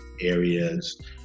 areas